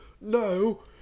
no